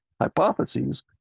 hypotheses